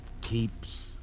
keeps